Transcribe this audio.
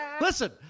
Listen